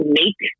make